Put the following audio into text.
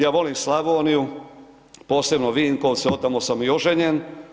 Ja volim Slavoniju, posebno Vinkovce, od tamo sam i oženjen.